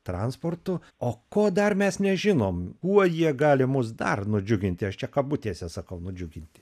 transportu o ko dar mes nežinome kuo jie gali mus dar nudžiuginti aš čia kabutėse sakau nudžiuginti